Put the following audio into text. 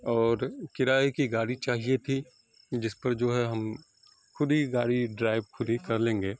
اور کرائے کی گاڑی چاہیے تھی جس پہ جو ہے ہم خود ہی گاڑی ڈرائیو خود ہی کر لیں گے